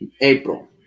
April